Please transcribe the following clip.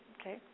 Okay